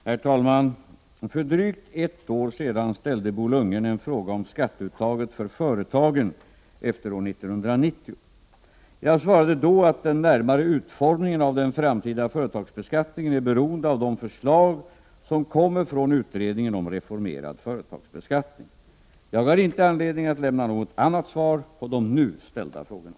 Herr talman! För drygt ett år sedan ställde Bo Lundgren en fråga om skatteuttaget för företagen efter år 1990. Jag svarade då att den närmare utformningen av den framtida företagsbeskattningen är beroende av de förslag som kommer från utredningen om reformerad företagsbeskattning. Jag har inte anledning att lämna något annat svar på de nu ställda frågorna.